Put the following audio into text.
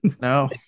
No